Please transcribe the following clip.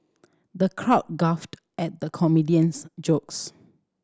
the crowd guffawed at the comedian's jokes